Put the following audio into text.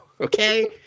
Okay